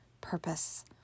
purpose